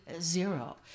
zero